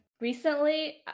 recently